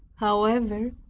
however,